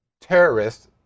terrorists